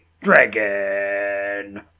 dragon